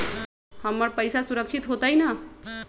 हमर पईसा सुरक्षित होतई न?